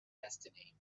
destiny